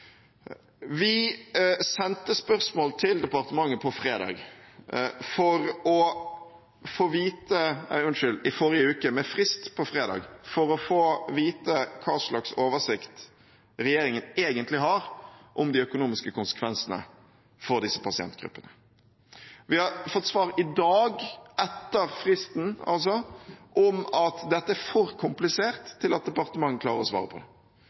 Vi sendte spørsmål til departementet i forrige uke med frist på fredag for å få vite hva slags oversikt regjeringen egentlig har over de økonomiske konsekvensene for disse pasientgruppene. Vi har fått svar i dag etter fristen om at dette er for komplisert til at departementet klarer å svare på det.